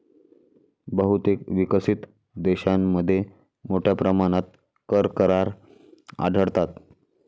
बहुतेक विकसित देशांमध्ये मोठ्या प्रमाणात कर करार आढळतात